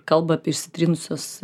kalba apie išsitrynusias